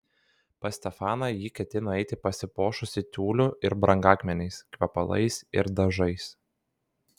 pas stefaną ji ketino eiti pasipuošusi tiuliu ir brangakmeniais kvepalais ir dažais